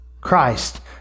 Christ